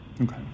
Okay